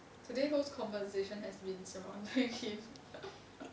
today whole conversation has been surrounding him